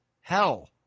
hell